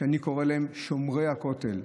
שאני קורא להם "שומרי הכותל",